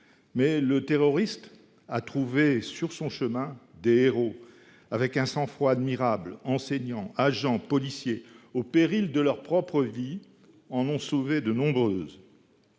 le terroriste a trouvé sur son chemin des héros. Avec un sang froid admirable, enseignants, agents et policiers, au péril de leur propre vie, en ont sauvé de nombreuses.